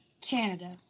Canada